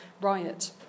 Riot